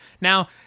Now